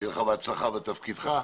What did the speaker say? שתהיה לך הצלחה בתפקידך,